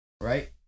Right